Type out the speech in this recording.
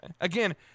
Again